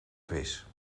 vis